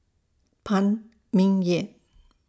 Phan Ming Yen